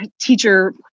teacher